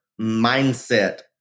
mindset